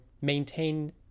maintain